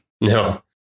No